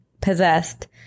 possessed